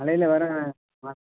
மழையில் வேற